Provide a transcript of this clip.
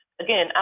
again